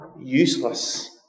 useless